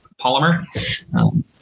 polymer